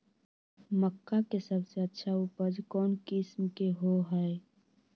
मक्का के सबसे अच्छा उपज कौन किस्म के होअ ह?